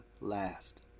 last